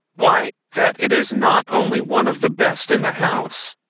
why that it is not only one of the best in the house,